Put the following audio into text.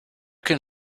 can